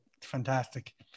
Fantastic